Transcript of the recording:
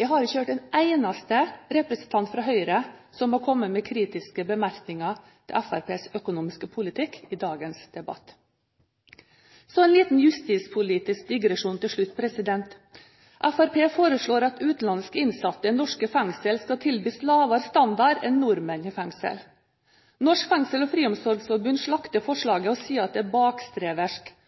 Jeg har ikke hørt en eneste representant fra Høyre som har kommet med kritiske bemerkninger til Fremskrittspartiets økonomiske politikk i dagens debatt. Så en liten justispolitisk digresjon til slutt: Fremskrittspartiet foreslår at utenlandske innsatte i norske fengsler skal tilbys lavere standard enn nordmenn. Norsk Fengsels- og Friomsorgsforbund slakter forslaget og sier at det er